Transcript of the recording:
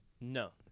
No